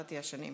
רגע,